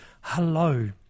hello